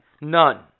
None